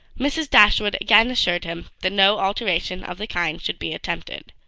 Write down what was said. mrs. dashwood again assured him that no alteration of the kind should be attempted.